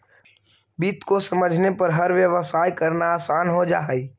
वित्त को समझने पर हर व्यवसाय करना आसान हो जा हई